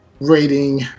rating